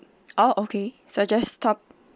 oh okay so I'll just top